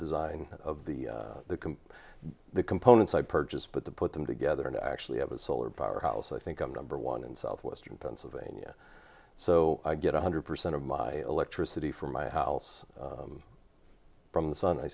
design of the the components i purchased but the put them together and i actually have a solar power house i think i'm number one in southwestern pennsylvania so i get one hundred percent of my electricity from my house from the sun i